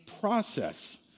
process